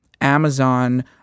Amazon